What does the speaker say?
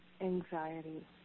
anxiety